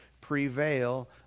prevail